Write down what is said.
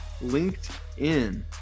LinkedIn